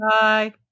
Bye